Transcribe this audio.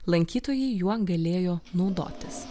lankytojai juo galėjo naudotis